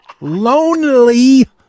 Lonely